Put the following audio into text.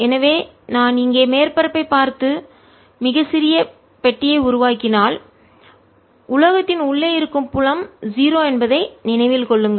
எனவே நான் இங்கே மேற்பரப்பை பார்த்து மிகச் சிறிய பெட்டியை உருவாக்கினால் உலோகத்தின் உள்ளே இருக்கும் புலம் 0 என்பதை நினைவில் கொள்ளுங்கள்